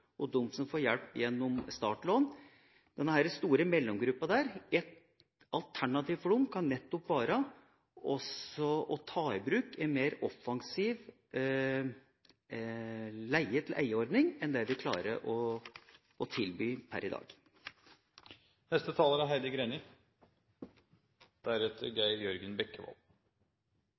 mellom dem som klarer å gå inn i boligmarkedet med 15 pst.-kravet, og dem som får hjelp gjennom startlån. Et alternativ for denne store mellomgruppa kan nettopp være å ta i bruk en mer offensiv leie-til-eie-ordning enn det vi klarer å tilby per i